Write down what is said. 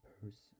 person